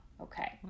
okay